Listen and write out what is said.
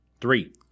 Three